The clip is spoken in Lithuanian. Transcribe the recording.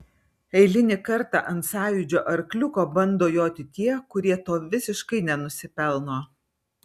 eilinį kartą ant sąjūdžio arkliuko bando joti tie kurie to visiškai nenusipelno